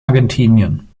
argentinien